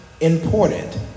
important